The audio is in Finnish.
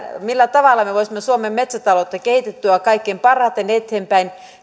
millä tavalla me voisimme suomen metsätaloutta kehittää kaikkein parhaiten eteenpäin